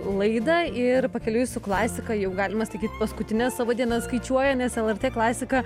laidą ir pakeliui su klasika jau galima sakyt paskutines savo dienas skaičiuoja nes lrt klasika